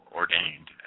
ordained